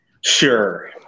Sure